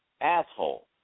asshole